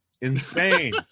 Insane